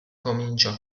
comincia